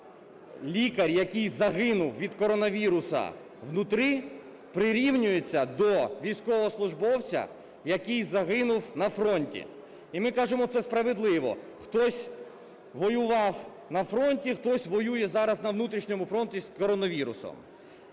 лікар, який загинув від коронавіруса внутри, прирівнюється до військовослужбовця, який загинув на фронті. І ми кажемо це справедливо. Хтось воював на фронті, хтось воює зараз на внутрішньому фронті з коронавірусом.